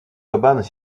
cabanes